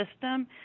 system